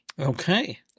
Okay